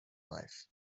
wife